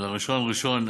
ראשון, ראשון.